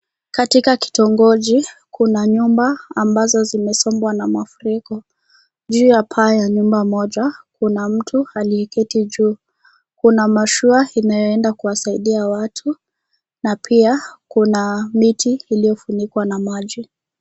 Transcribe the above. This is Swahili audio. Katika kitongoji kuna nyumba ambazo zimesombwa na mafuriko juu ya paa ya nyumba moja kuna mtu aliyeketi juu, kuna mashua inayoenda kiwasaidia watu na pia kuna miti iliyofunikwa na maji.